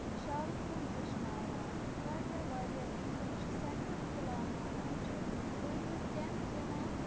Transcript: شالہٕ کٲم ہیٚچھناوان واریاہ واریاہ یِتھۍ یِم چھِ سینٹر کھُلاوان یِم چھِ بٔڑۍ بٔڑۍ کیمپ دِوان